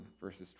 verses